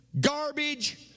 garbage